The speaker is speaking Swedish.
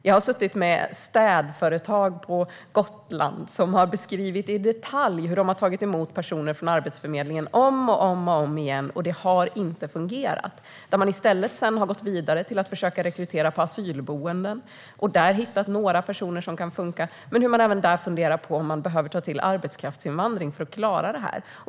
Jag har suttit med städföretag på Gotland som har beskrivit i detalj hur de har tagit emot personer från Arbetsförmedlingen om och om igen men att det inte har fungerat. I stället har man gått vidare med att försöka rekrytera på asylboenden och där hittat några personer som kan fungera, men man funderar ändå på om man behöver ta till arbetskraftsinvandring för att klara det.